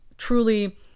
truly